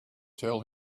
tell